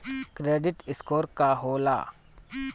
Credit score का होला?